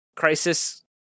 crisis